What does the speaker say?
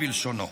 בלשונו.